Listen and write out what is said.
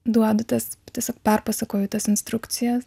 duodu tas tiesiog perpasakoju tas instrukcijas